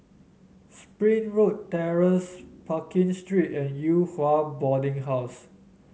Springwood Terrace Pekin Street and Yew Hua Boarding House